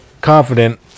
confident